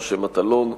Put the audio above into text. משה מטלון,